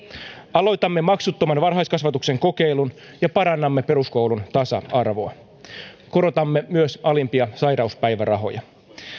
aloitamme maksuttoman varhaiskasvatuksen kokeilun ja parannamme peruskoulun tasa arvoa korotamme myös alimpia sairauspäivärahoja